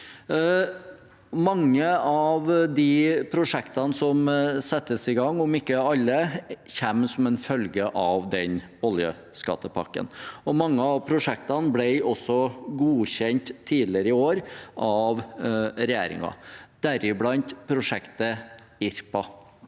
Mange av de prosjektene som settes i gang – om ikke alle – kommer som en følge av den oljeskattepakken, og mange av prosjektene ble også godkjent tidligere i år av regjeringen, deriblant prosjektet Irpa.